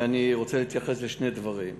ואני רוצה להתייחס לשני דברים.